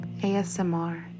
ASMR